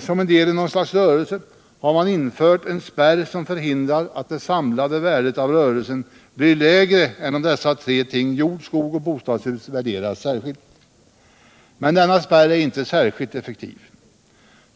som del i något slags rörelse, har man infört en spärr som förhindrar att det samlade värdet av rörelsen blir lägre än om dessa tre ting — jord, skog och bostadshus — värderats särskilt. Men denna spärr är inte särskilt effektiv.